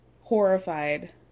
horrified